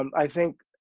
um i think,